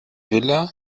villa